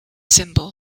symbol